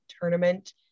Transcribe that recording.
tournament